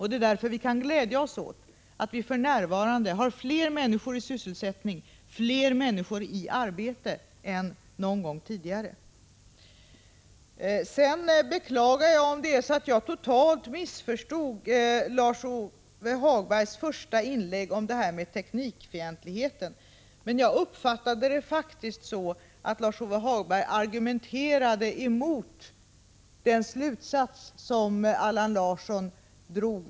Det är därför som vi gläder oss åt att det för närvarande finns fler människor i sysselsättning och med arbete än någon gång tidigare. Jag beklagar om jag totalt missförstod Lars-Ove Hagberg, när han i sitt första inlägg talade om teknikfientlighet. Jag uppfattade det så att han argumenterade mot den slutsats som Allan Larsson drog.